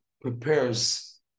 prepares